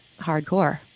hardcore